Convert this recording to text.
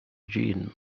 jean